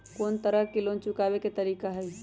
कोन को तरह से लोन चुकावे के तरीका हई?